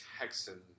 Texan